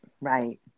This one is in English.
Right